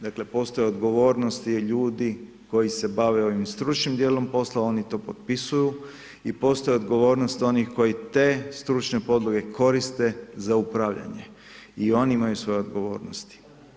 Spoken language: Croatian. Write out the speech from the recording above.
Dakle, postoje odgovornosti ljudi koji se bave ovim stručnim dijelom poslovima, oni to potpisuju i postoje odgovornost, koji te stručne podloge koriste za upravljanje i oni imaju svoje odgovornosti.